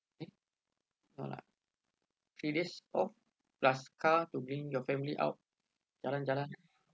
mm no lah previous oh plus car to bring your family out jalan jalan